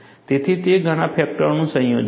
તેથી તે ઘણા ફેક્ટરોનું સંયોજન છે